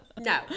No